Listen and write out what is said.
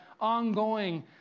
ongoing